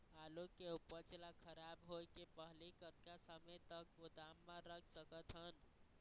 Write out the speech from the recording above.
आलू के उपज ला खराब होय के पहली कतका समय तक गोदाम म रख सकत हन?